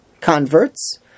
converts